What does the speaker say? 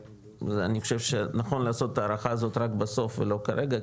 אני חושב שנכון לעשות את הערכה הזאת רק בסוף ולא כרגע,